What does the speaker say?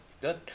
good